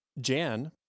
Jan